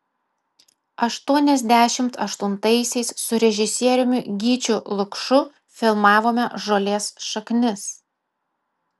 aštuoniasdešimt aštuntaisiais su režisieriumi gyčiu lukšu filmavome žolės šaknis